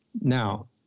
now